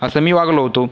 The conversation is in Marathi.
असं मी वागलो होतो